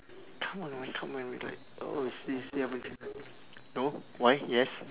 come on man come on like oh still still haven't no why yes